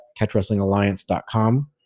catchwrestlingalliance.com